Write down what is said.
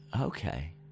Okay